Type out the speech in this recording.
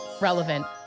relevant